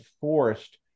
forced